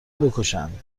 بکشند